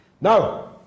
Now